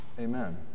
amen